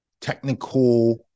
technical